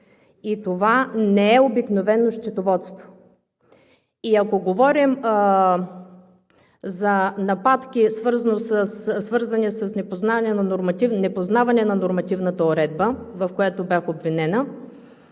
и това не е обикновено счетоводство. Ако говорим за нападки, свързани с непознаване на нормативната уредба, в което бях обвинена,